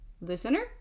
listener